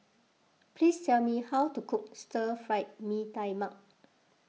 please tell me how to cook Stir Fried Mee Tai Mak